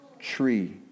tree